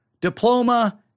diploma